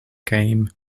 game